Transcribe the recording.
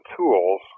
tools